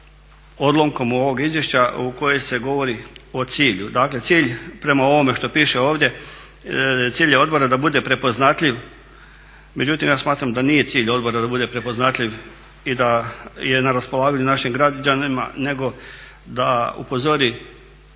odlomkom ovog Izvješća u kojem se govori o cilju. Dakle, cilj prema ovome što piše ovdje, cilj je odbora da bude prepoznatljiv. Međutim, ja smatram da nije cilj odbora da bude prepoznatljiv i da je na raspolaganju našim građanima, nego da upozori